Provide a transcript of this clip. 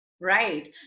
Right